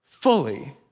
Fully